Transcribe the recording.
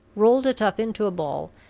rolled it up into a ball,